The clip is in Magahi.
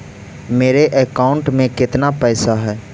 मेरे अकाउंट में केतना पैसा है?